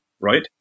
right